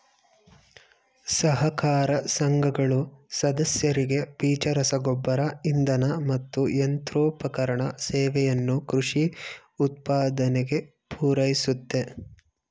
ಸಹಕಾರ ಸಂಘಗಳು ಸದಸ್ಯರಿಗೆ ಬೀಜ ರಸಗೊಬ್ಬರ ಇಂಧನ ಮತ್ತು ಯಂತ್ರೋಪಕರಣ ಸೇವೆಯನ್ನು ಕೃಷಿ ಉತ್ಪಾದನೆಗೆ ಪೂರೈಸುತ್ತೆ